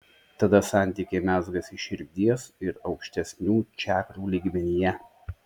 tada santykiai mezgasi širdies ir aukštesnių čakrų lygmenyje